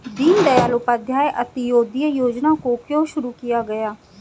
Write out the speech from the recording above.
दीनदयाल उपाध्याय अंत्योदय योजना को क्यों शुरू किया गया?